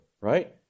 right